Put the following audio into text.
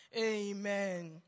Amen